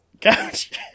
couch